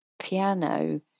piano